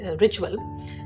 ritual